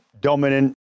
dominant